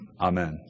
Amen